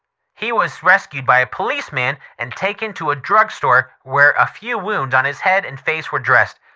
he was rescued by a policeman and taken to a drug store, where a few wounds on his head and face were dressed.